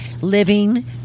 Living